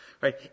Right